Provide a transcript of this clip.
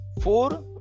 four